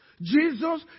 Jesus